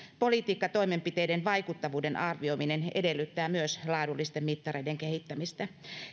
politiikkatoimenpiteiden vaikuttavuuden arvioiminen edellyttää myös laadullisten mittareiden kehittämistä